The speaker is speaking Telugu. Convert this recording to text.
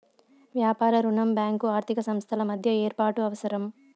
వ్యాపార రుణం బ్యాంకు ఆర్థిక సంస్థల మధ్య ఏర్పాటు అవసరం